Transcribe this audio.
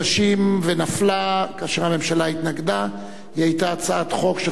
ומשפט כהצעה לסדר-היום ולא כהצעת חוק.